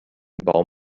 baum